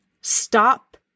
stop